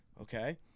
okay